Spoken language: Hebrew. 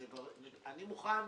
אני מוכן